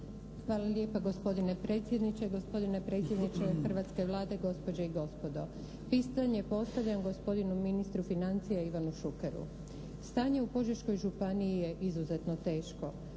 Hvala lijepa gospodine predsjedniče. Gospodine predsjedniče hrvatske Vlade, gospođe i gospodo! Pitanje postavljam gospodinu ministru financija Ivanu Šukeru. Stanje u Požeškoj županiji je izuzetno teško